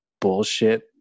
bullshit